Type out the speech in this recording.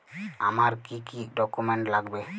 আমার কি কি ডকুমেন্ট লাগবে?